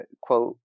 quote